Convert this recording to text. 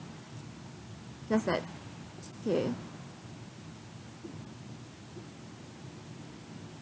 just that is okay